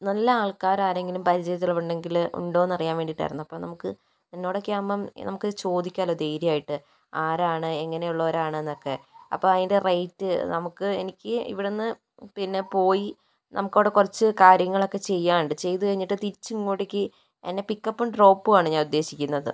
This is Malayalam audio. നല്ല ആൾക്കാർ ആരെങ്കിലും പരിചയത്തിൽ ഉണ്ടെങ്കില് ഉണ്ടോ എന്ന് അറിയാൻ വേണ്ടിട്ടായിരുന്നു അപ്പൊൾ നമുക്ക് നിന്നോടൊക്കെ ആകുമ്പം നമുക്ക് ചോദിക്കാലോ ധൈര്യായിട്ട് ആരാണ് എങ്ങനെ ഉള്ളവരാണ് എന്നക്കെ അപ്പ അതിൻ്റെ റേറ്റ് നമുക്ക് എനിക്ക് ഇവിടുന്ന് പിന്നെ പോയി നമുക്ക് അവിടെ കൊറച്ച് കാര്യങ്ങളൊക്കെ ചെയ്യാനുണ്ട് ചെയ്ത് കഴിഞ്ഞിട്ട് തിരിച്ച് ഇങ്ങോട്ടേക്ക് എന്നെ പിക്ക് ആപ്പും ഡ്രോപ്പുമാണ് ഞാൻ ഉദ്ദേശിക്കുന്നത്